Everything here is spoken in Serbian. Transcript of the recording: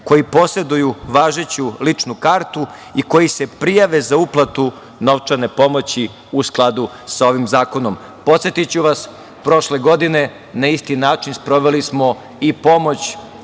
koji poseduju važeću ličnu kartu i koji se prijave za uplatu novčane pomoći u skladu sa ovim zakonom. Podsetiću vas, prošle godine, na isti način sproveli smo i pomoć